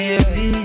Baby